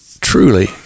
truly